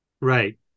Right